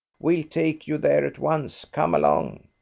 we'll take you there at once. come along.